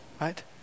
right